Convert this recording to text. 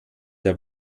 der